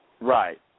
Right